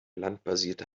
landbasierte